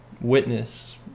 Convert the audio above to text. witness